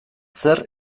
zer